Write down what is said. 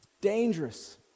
dangerous